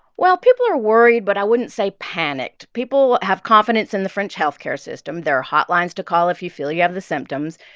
well, people are worried, but i wouldn't say panicked. people have confidence in the french health care system. there are hotlines to call if you feel you have the symptoms.